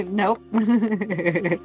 nope